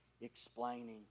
explaining